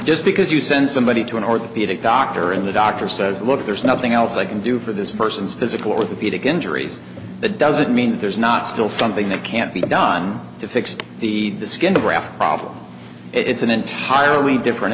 just because you send somebody to an orthopedic doctor and the doctor says look there's nothing else i can do for this person's physical orthopedic injuries that doesn't mean there's not still something that can't be done to fix the skin graft problem it's an entirely different